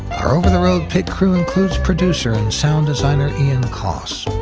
our over the road pit crew includes producer and sound designer ian coss,